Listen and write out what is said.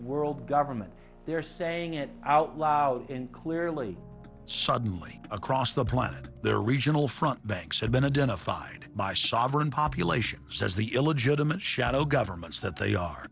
world government they're saying it out loud and clearly suddenly across the planet there are regional front banks had been identified by sovereign population says the illegitimate shadow governments that they are